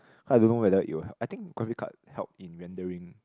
I don't know whether it will help I think help in rendering